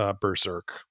Berserk